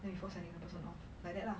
with the person lor like that lah